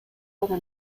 para